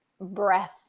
breath